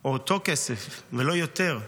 או אותו כסף ולא יותר.